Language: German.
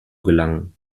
gelangen